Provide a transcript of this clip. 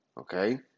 Okay